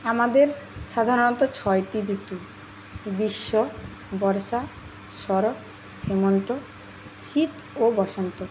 আমাদের সাধারণত ছয়টি ঋতু গ্রীষ্ম বর্ষা শরৎ হেমন্ত শীত ও বসন্ত